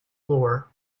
floor